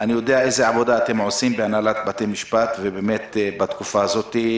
אני יודע איזו עבודה אתם עושים בהנהלת בתי המשפט ובאמת בתקופה הזאת.